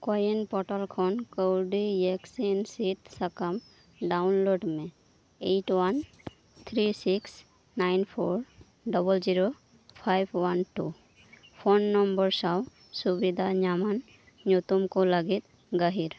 CoWIN portal ᱠᱷᱚᱱ ᱠᱟᱹᱣᱰᱤ ᱤᱭᱮᱠᱥᱤᱱ ᱥᱤᱫ ᱥᱟᱠᱟᱢ ᱰᱟᱣᱩᱱᱞᱳᱰ ᱢᱮ eight one three six nine four double zero five one two phone number ᱥᱟᱶ ᱥᱩᱵᱤᱫᱷᱟ ᱧᱟᱢᱟᱱ ᱧᱩᱛᱩᱢ ᱠᱚ ᱞᱟᱹᱜᱤᱫ ᱜᱟᱦᱤᱨ